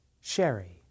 sherry